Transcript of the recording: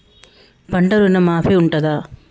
పంట ఋణం మాఫీ ఉంటదా?